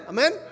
Amen